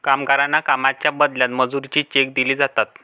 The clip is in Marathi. कामगारांना कामाच्या बदल्यात मजुरीचे चेक दिले जातात